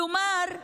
כלומר,